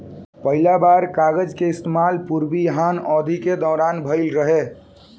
पहिला बेर कागज के इस्तेमाल पूर्वी हान अवधि के दौरान भईल रहे